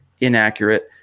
inaccurate